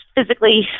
physically